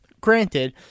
granted